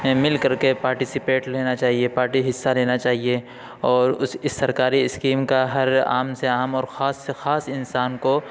مل کر کے پارٹسپیٹ لینا چاہیے پارٹی حصہ لینا چاہیے اور اس سرکاری اسکیم کا ہر عام سے عام اور خاص سے خاص انسان کو